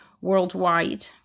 worldwide